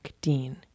Dean